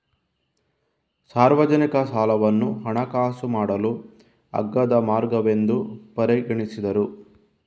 ಸಾರ್ವಜನಿಕ ಸಾಲವನ್ನು ಹಣಕಾಸು ಮಾಡಲು ಅಗ್ಗದ ಮಾರ್ಗವೆಂದು ಪರಿಗಣಿಸಿದರು